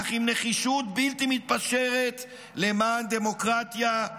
אך עם נחישות בלתי מתפשרת למען דמוקרטיה,